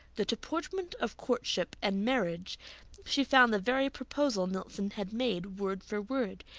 the deportment of courtship and marriage she found the very proposal nelson had made, word for word.